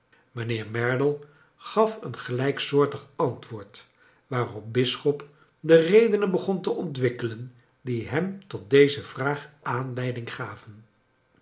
mijnheer merdle gaf een gelijksoortig antwoord waarop bisschop de redenen begon te ontwikkelen die hem tot deze vraag aanleiding gavende